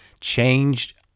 changed